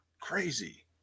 Crazy